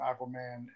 Aquaman